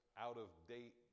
out-of-date